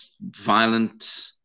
violent